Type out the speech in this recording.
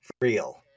real